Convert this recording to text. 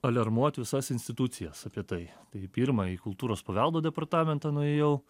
aliarmuot visas institucijas apie tai tai pirma į kultūros paveldo departamentą nuėjau